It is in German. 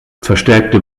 verstärkte